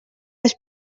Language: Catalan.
les